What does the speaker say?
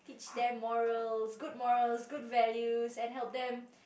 their morals good morals good values and help them